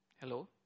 Hello